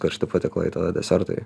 karšti patiekalai tada desertai